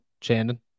Chandon